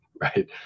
Right